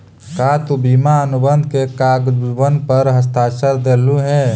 का तु बीमा अनुबंध के कागजबन पर हस्ताक्षरकर देलहुं हे?